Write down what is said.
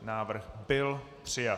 Návrh byl přijat.